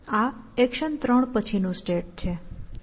આ એક્શન ત્રણ પછીનું સ્ટેટ છે UnstackAB